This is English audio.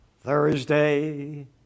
Thursday